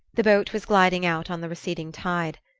the boat was gliding out on the receding tide.